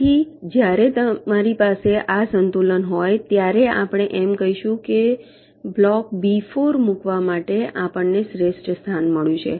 તેથી જ્યારે તમારી પાસે આ સંતુલન હોય ત્યારે આપણે એમ કહીશું કે બ્લોક બી 4 મૂકવા માટે આપણને શ્રેષ્ઠ સ્થાન મળ્યું છે